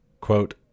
Quote